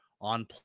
on